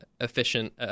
efficient –